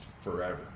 forever